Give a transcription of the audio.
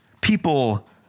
people